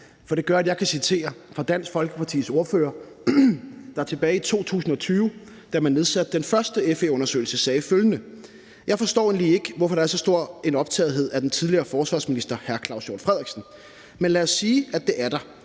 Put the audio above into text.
For det gør, at jeg kan citere Dansk Folkepartis ordfører, der tilbage i 2020, da man nedsatte den første FE-undersøgelse, sagde følgende: »Jeg forstår egentlig ikke, hvorfor der er så stor en optagethed af den tidligere forsvarsminister, hr. Claus Hjort Frederiksen, men lad os sige, at det er der,